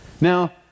now